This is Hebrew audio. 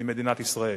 ממדינת ישראל: